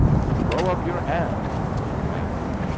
throw up your hands! he commanded.